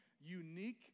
unique